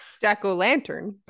Jack-o'-lantern